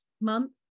month